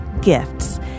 gifts